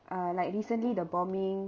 uh like recently the bombing